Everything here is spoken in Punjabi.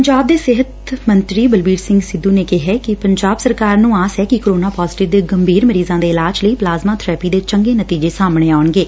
ਪੰਜਾਬ ਦੇ ਸਿਹਤ ਮੰਤਰੀ ਬਲਬੀਰ ਸਿੰਘ ਸਿੱਧੂ ਨੇ ਕਿਹੈ ਕਿ ਪੰਜਾਬ ਸਰਕਾਰ ਨੂੰ ਆਸ ਐ ਕਿ ਕੋਰੋਨਾ ਪਾਜੇਟਿਵ ਦੇ ਗੰਭੀਰ ਮਰੀਜ਼ਾਂ ਦੇ ਇਲਾਜ ਲਈ ਪਲਾਜਮਾ ਬੈਰੇਪੀ ਦੇ ਚੰਗੇ ਨਡੀਜੇ ਸਾਹਮਣੇ ਆਉਣਗੇ